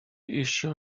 eisiau